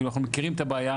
כאילו, אנחנו מכירים את הבעיה,